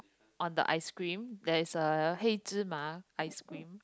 on the ice cream that is a Heizhi-Ma ice cream